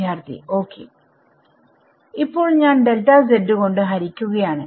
വിദ്യാർത്ഥി ok ഇപ്പൊൾ ഞാൻ കൊണ്ട് ഹരിക്കുകയാണ്